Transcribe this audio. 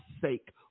sake